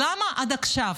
למה עד עכשיו